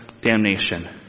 damnation